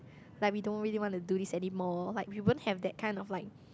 like we don't really wanna do this anymore like we won't have that kind of like